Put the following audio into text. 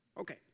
okay